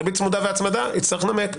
ריבית צמודה והצמדה יצטרך לנמק.